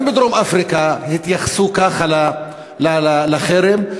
גם בדרום-אפריקה התייחסו ככה לחרם,